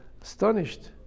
astonished